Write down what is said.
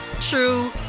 true